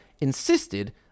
insisted